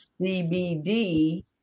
CBD